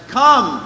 come